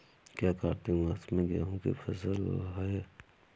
क्या कार्तिक मास में गेहु की फ़सल है?